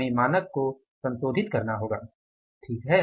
हमें मानक को संशोधित करना होगा ठीक है